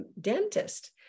dentist